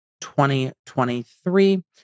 2023